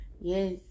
Yes